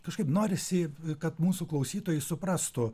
kažkaip norisi kad mūsų klausytojai suprastų